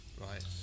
Right